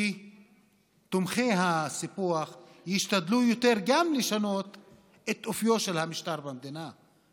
כי תומכי הסיפוח ישתדלו יותר גם לשנות את אופיו של המשטר במדינה.